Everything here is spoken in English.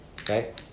Okay